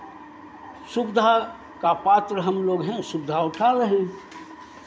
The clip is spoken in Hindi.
सुविधा का पात्र हम लोग हैं सुविधा उठा रहे हैं